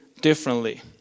differently